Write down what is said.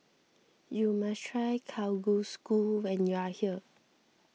you must try Kalguksu when you are here